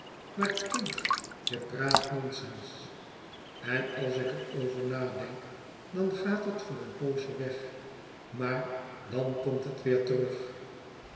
maar kind je praat nonsens en als ik er over nadenk dan gaat het voor een poosje weg maar dan komt het weêr terug